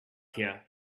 here